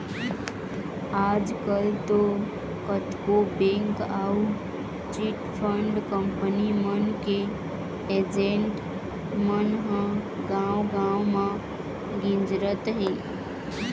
आजकल तो कतको बेंक अउ चिटफंड कंपनी मन के एजेंट मन ह गाँव गाँव म गिंजरत हें